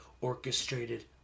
orchestrated